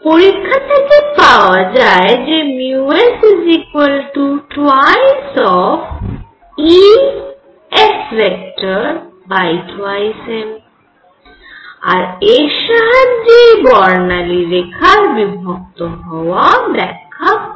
পরীক্ষা থেকে পাওয়া যায় যে s2 আর এর সাহায্যেই বর্ণালী রেখার বিভক্ত হওয়া ব্যাখ্যা করা হয়